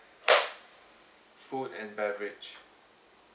food and beverage